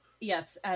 Yes